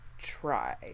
try